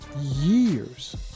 years